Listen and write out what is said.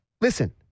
Listen